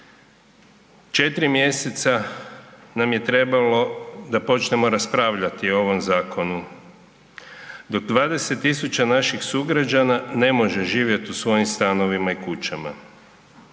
4 mjeseca nam je trebalo da počnemo raspravljati o ovom zakonu, dok 20 tisuća naših sugrađana ne može živjeti u svojim stanovima i kućama.